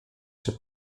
się